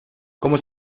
como